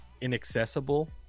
inaccessible